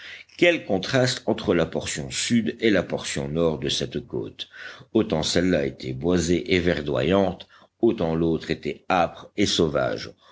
quel contraste entre la portion sud et la portion nord de cette côte autant celle-là était boisée et verdoyante autant l'autre était âpre et sauvage